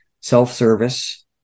self-service